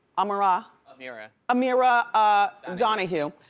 amara. amirah. amirah ah donahue.